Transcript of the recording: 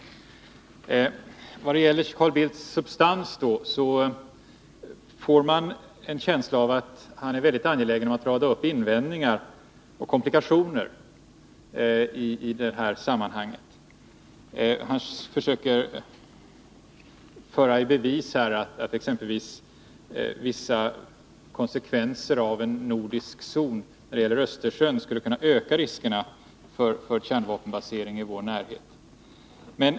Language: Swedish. I vad gäller substansen får man en känsla av att Carl Bildt är väldigt angelägen om att få rada upp invändningar och komplikationer. Han försöker t.ex. föra i bevis att vissa konsekvenser av en nordisk zon när det gäller Östersjön skulle kunna innebära ökade risker för kärnvapenbasering i vår närhet.